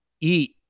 eat